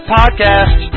podcast